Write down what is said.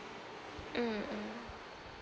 mm mm